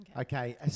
Okay